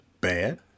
bad